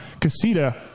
casita